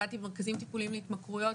עבדתי במרכזים טיפוליים להתמכרויות,